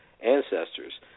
ancestors